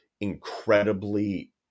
incredibly